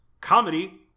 Comedy